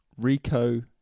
Rico